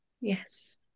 Yes